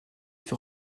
fut